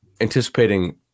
anticipating